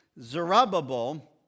Zerubbabel